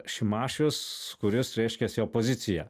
šimašius kuris reiškiasi opozicija